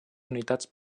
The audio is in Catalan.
unitats